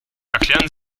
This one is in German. erklären